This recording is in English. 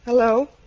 Hello